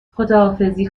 خداحافظی